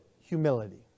humility